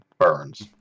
Burns